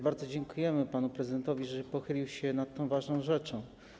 Bardzo dziękujemy panu prezydentowi, że pochylił się nad tą ważną rzeczą.